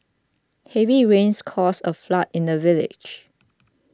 heavy rains caused a flood in the village